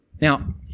Now